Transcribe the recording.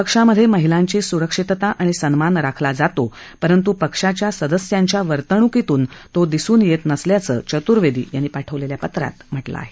पक्षामधे महिलांची सुरक्षितता सन्मान राखला जातो परंतु पक्षाच्या सदस्यांच्या वर्तणूकीतून तो दिसून येत नसल्याचं चतुर्वेदी यांनी पाठवलेल्या पत्रात म्हटलं आहे